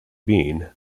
being